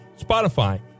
Spotify